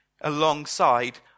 alongside